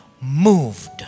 moved